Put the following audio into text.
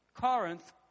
Corinth